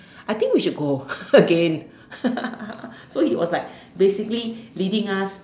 I think we should go again so he was like basically leading us